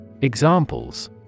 Examples